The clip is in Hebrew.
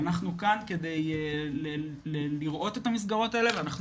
אנחנו כאן כדי לראות את המסגרות האלה ואנחנו